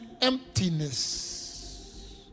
emptiness